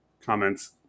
comments